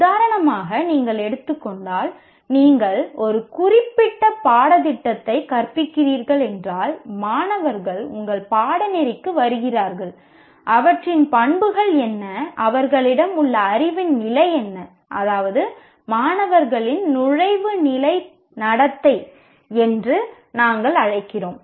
உதாரணமாக நீங்கள் எடுத்துக்கொண்டால் நீங்கள் ஒரு குறிப்பிட்ட பாடத்திட்டத்தை கற்பிக்கிறீர்கள் என்றால் மாணவர்கள் உங்கள் பாடநெறிக்கு வருகிறார்கள் அவற்றின் பண்புகள் என்ன அவர்களிடம் உள்ள அறிவின் நிலை என்ன அதாவது மாணவர்களின் நுழைவு நிலை நடத்தை என்று நாங்கள் அழைக்கிறோம்